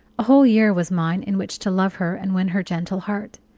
a whole year was mine in which to love her and win her gentle heart.